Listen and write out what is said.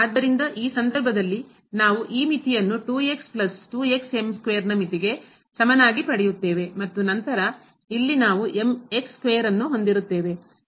ಆದ್ದರಿಂದ ಆ ಸಂದರ್ಭದಲ್ಲಿ ನಾವು ಈ ಮಿತಿಯನ್ನು ನ ಮಿತಿಗೆ ಸಮನಾಗಿ ಪಡೆಯುತ್ತೇವೆ ಮತ್ತು ನಂತರ ಇಲ್ಲಿ ನಾವು ತದನಂತರ ಇದು